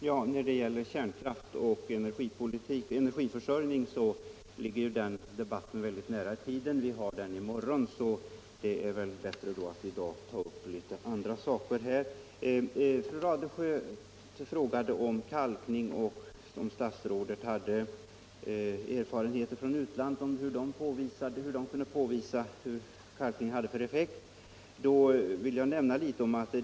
Herr talman! Debatten om kärnkraft och energiförsörjning ligger väldigt nära i tiden, eftersom vi skall ha den i morgon. Det är väl bättre att i dag i denna interpellationsdebatt ta upp sådana saker som ligger försurningsproblematiken närmast. Fru Radesjö frågade om statsrådet kunde redovisa någon erfarenhet från utlandet beträffande kalkningens effekt.